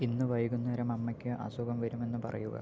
ഇന്ന് വൈകുന്നേരം അമ്മയ്ക്ക് അസുഖം വരുമെന്ന് പറയുക